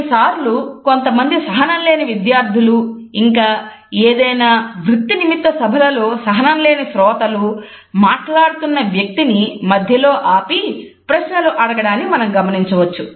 కొన్నిసార్లు కొంతమంది సహనం లేని విద్యార్థులు ఇంకా ఏదైనా వృత్తినిమిత్త సభలలో సహనం లేని శ్రోతలు మాట్లాడుతున్న వ్యక్తిని మధ్యలో ఆపి ప్రశ్నలు అడగడాన్ని మనం గమనించవచ్చు